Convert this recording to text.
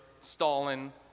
Stalin